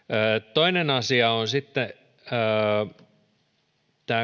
toinen asia on sitten tämä